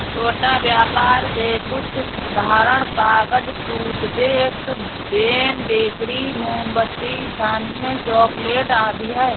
छोटा व्यापर के कुछ उदाहरण कागज, टूथपिक, पेन, बेकरी, मोमबत्ती, स्थानीय चॉकलेट आदि हैं